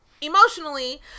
emotionally